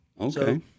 Okay